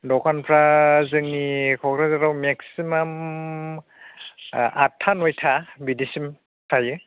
दखानफ्रा जोंनि क'क्राझाराव मैक्सिमाम आठथा न'यथा बिदिसिम थायो